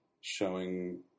showing